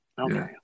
Okay